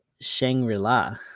Shangri-La